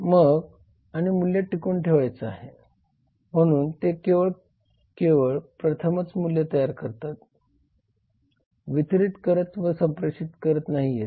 मग आणि मूल्य टिकवून ठेवायचा आहे म्हणून ते केवळ केवळ प्रथमच मूल्य तयार करत वितरित करत व संप्रेषित करत नाहीये